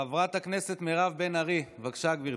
חברת הכנסת מירב בן ארי, בבקשה, גברתי.